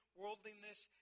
worldliness